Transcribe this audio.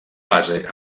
base